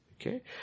okay